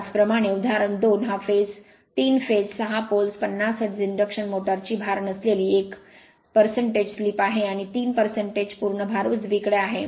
त्याचप्रमाणे उदाहरण 2 हा 3 फेज 6 poles 50 हर्ट्ज इंडक्शन मोटरची भार नसलेली एक स्लिप आहे आणि 3 पूर्ण भार उजवीकडे आहे